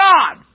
God